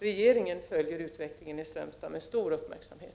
Regeringen följer utvecklingen i Strömstad med stor uppmärksamhet.